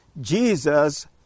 Jesus